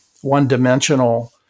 one-dimensional